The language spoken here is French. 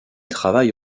travaille